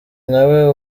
nawe